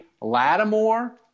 Lattimore